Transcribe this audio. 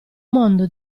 mondo